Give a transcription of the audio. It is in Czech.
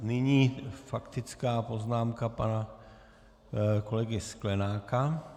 Nyní faktická poznámka pana kolegy Sklenáka.